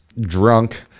drunk